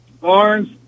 Barnes